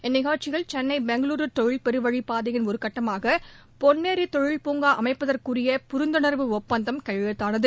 இந்நிகழ்ச்சியில் சென்னை பெங்களூரு தொழில் பெருவழிப் பாதையின் ஒருகட்டமாக பொன்னோி தொழில்பூங்கா அமைப்பதற்குரிய புரிந்துணா்வு ஒப்பந்தம் கையெழுத்தானது